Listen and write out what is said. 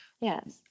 Yes